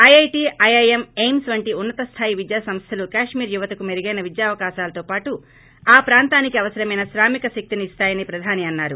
IIT IIM AIIMS వంటి ఉన్నత స్థాయి విద్యాసంస్థలు కశ్మీర్ యువతకు మెరుగైన విద్యావకాశాలతో పాటు ఆ ప్రాంతానికి అవసరమైన శ్రామిక శక్తిని ఇస్తాయని ప్రధాని అన్నారు